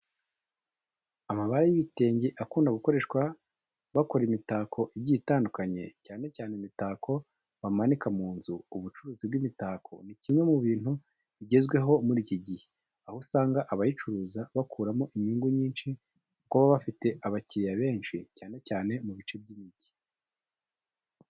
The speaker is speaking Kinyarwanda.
Amabara y'ibitenge akunda gukoreshwa bakora imitako igiye itandukanye, cyane cyane imitako bamanika mu nzu. Ubucuruzi bw'imitako ni kimwe mu bintu bigezweho muri iki gihe, aho usanga abayicuruza bakuramo inyungu nyinshi kuko baba bafite abakiriya benshi cyane cyane mu bice by'imigi.